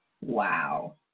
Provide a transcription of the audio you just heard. Wow